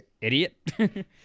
Idiot